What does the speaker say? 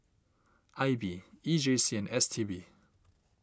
I B E J C and S T B